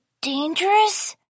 dangerous